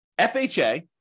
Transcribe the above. FHA